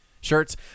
shirts